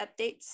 updates